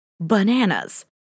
bananas